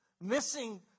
missing